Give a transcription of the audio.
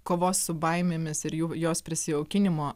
kovos su baimėmis ir jų jos prisijaukinimo